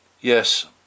Yes